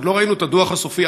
עוד לא ראינו את הדוח הסופי,